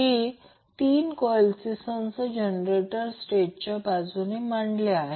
हे 3 कॉइलचे संच जनरेटर स्टेटच्या बाजूला मांडले आहेत